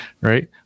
Right